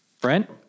Brent